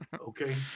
okay